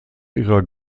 ihrer